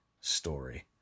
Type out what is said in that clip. Story